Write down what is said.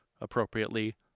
appropriately